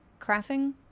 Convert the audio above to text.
crafting